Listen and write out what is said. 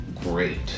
great